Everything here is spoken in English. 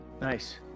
nice